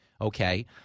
Okay